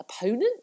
opponent